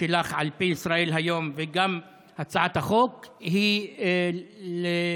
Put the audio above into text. שלך על פי ישראל היום וגם הצעת החוק היא לשנות